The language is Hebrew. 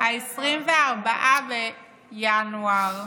24 בינואר,